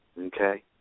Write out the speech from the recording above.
Okay